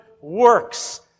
works